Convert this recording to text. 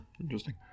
Interesting